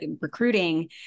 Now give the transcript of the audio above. recruiting